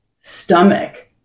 stomach